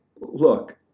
look